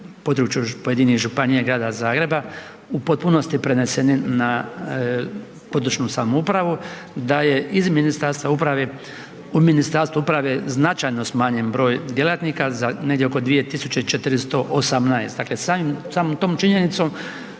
u potpunosti preneseni na područnu samoupravu, da je u Ministarstvu uprave značajno smanjen broj djelatnika za negdje oko 2418. Dakle samom tom činjenicom